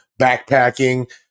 backpacking